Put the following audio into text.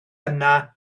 yna